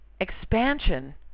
expansion